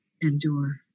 endure